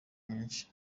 nyinshi